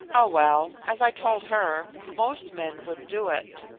oh, well, as i told her, most men would do it.